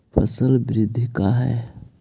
फसल वृद्धि का है?